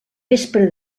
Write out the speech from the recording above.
vespre